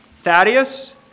Thaddeus